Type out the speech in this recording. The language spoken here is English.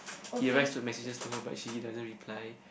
he writes to messages to her but she doesn't reply